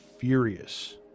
furious